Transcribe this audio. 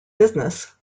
business